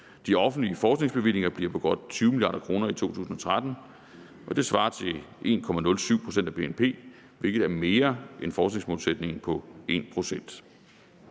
De offentlige forskningsbevillinger bliver på godt 20 mia. kr. i 2013, og det svarer til 1,07 pct. af BNP, hvilket er mere end forskningsmålsætningen på 1